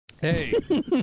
Hey